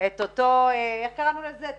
את אותה טיוטה